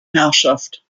herrschaft